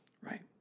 Right